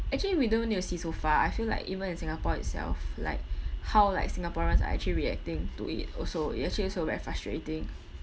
actually we don't even need to see so far I feel like even in singapore itself like how like singaporeans are actually reacting to it also it actually also very frustrating